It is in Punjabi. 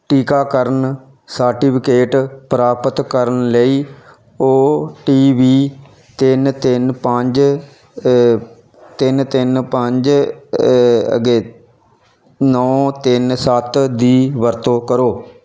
ਟੀਕਾਕਰਨ ਸਰਟੀਫਿਕੇਟ ਪ੍ਰਾਪਤ ਕਰਨ ਲਈ ਓ ਟੀ ਵੀ ਤਿੰਨ ਤਿੰਨ ਪੰਜ ਤਿੰਨ ਤਿੰਨ ਪੰਜ ਅਗੇ ਨੌਂ ਤਿੰਨ ਸੱਤ ਦੀ ਵਰਤੋਂ ਕਰੋ